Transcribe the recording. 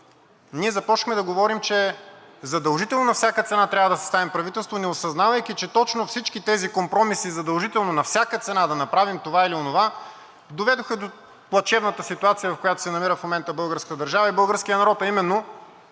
ние започнахме да говорим, че задължително, на всяка цена трябва да съставим правителство, не осъзнавайки, че точно всички тези компромиси – задължително, на всяка цена да направим това или онова, доведоха до плачевната ситуация, в която се намира в момента българската държава и българският народ, а именно